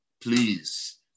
please